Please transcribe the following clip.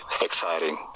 exciting